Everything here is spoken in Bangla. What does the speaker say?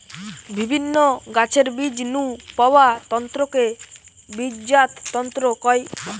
বিভিন্ন গাছের বীজ নু পাওয়া তন্তুকে বীজজাত তন্তু কয়